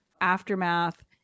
aftermath